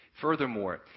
Furthermore